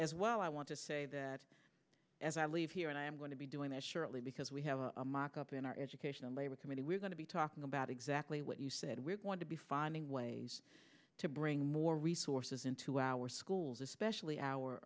as well i want to say that as i leave here and i'm going to be doing that shortly because we have a mock up in our education and labor committee we're going to be talking about exactly what you said we're going to be finding ways to bring more resources into our schools especially our